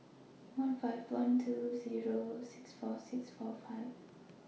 one five one two Zero six four six four five